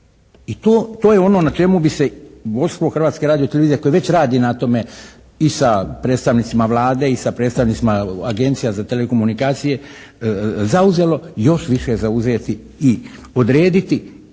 to je ono na čemu bi se vodstvo Hrvatske radiotelevizije koje već radi na tome i sa predstavnicima Vlade i sa predstavnicima Agencija za telekomunikacije zauzelo, još više zauzeti i odrediti